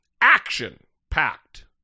action-packed